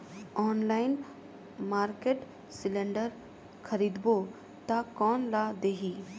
Online market cylinder खरीदबो ता कोन ला देही?